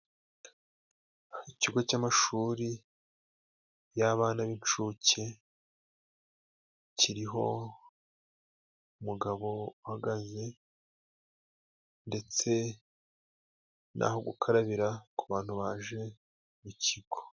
Ikigo cy'amashuri y'abana b'incuke kiriho umugabo uhagaze, ndetse n'aho gukarabira ku bantu baje mu kigo.